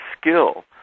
skill